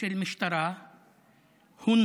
של משטרה הונחת